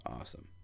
Awesome